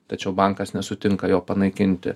tačiau bankas nesutinka jo panaikinti